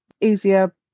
easier